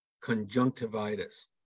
conjunctivitis